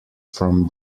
from